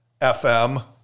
FM